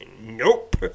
nope